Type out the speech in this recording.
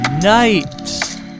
night